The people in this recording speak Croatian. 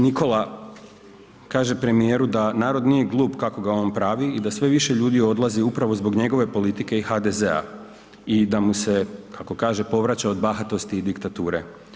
Nikola kaže premijeru da narod nije glup kako ga on pravi i da sve više ljudi odlazi upravo zbog njegove politike i HDZ-a i da mu se, kako kaže, povraća od bahatosti i diktature.